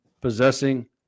possessing